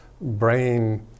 brain